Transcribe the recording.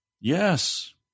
yes